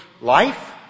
life